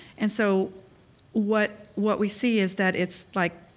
and so what what we see is that it's like.